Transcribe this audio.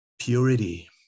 purity